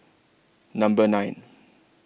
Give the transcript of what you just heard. Number nine